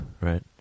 right